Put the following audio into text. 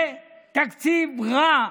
זה תקציב רע,